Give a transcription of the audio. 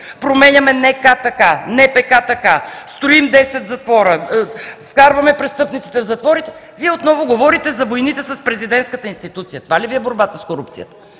променяме НК така, НПК така, строим 10 затвора, вкарваме престъпниците в затворите, Вие отново говорите за войните с президентската институция. Това ли Ви е борбата с корупцията?